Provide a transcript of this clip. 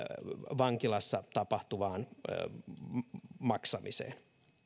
vankilassa tapahtuvaan maksamiseen